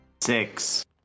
Six